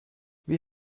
wie